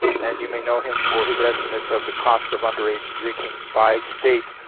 and you may know him for his estimates of the cost of underage drinking, by state,